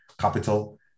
Capital